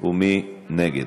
ומי נגד?